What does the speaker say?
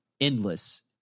endless